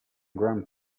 grand